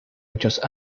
muchos